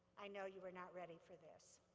i know you are not ready for this.